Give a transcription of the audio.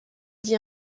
dit